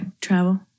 travel